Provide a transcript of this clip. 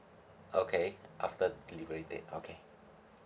okay after delivery date okay